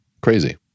crazy